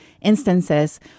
instances